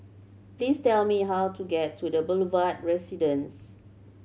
please tell me how to get to The Boulevard Residence